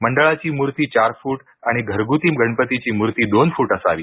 मंडळाची मूर्ती चार फूट आणि घरगुती गणपतीची मूर्ती दोन फूट असावी